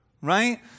Right